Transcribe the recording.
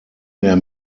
mehr